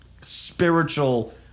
spiritual